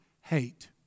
hate